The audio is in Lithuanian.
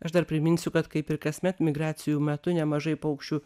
aš dar priminsiu kad kaip ir kasmet migracijų metu nemažai paukščių